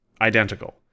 identical